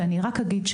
אני רק אגיד,